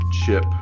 chip